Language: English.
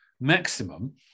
maximum